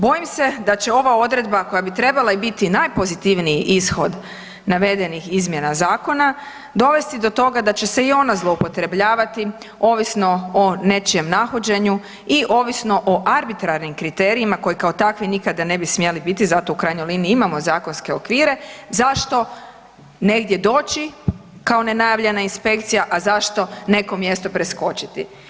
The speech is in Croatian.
Bojim se da će ova odredba koja bi trebala i biti najpozitivniji ishod navedenih izmjena zakona dovesti do toga da će se i ona zloupotrebljavati ovisno o nečijem nahođenju i ovisno o arbitrarnim kriterijima koji kao takvi nikada ne bi smjeli biti zato u krajnjoj liniji imamo zakonske okvire, zašto negdje doći kao nenajavljena inspekcija, a zašto neko mjesto preskočiti.